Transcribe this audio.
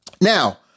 now